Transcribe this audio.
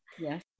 Yes